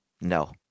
No